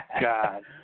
God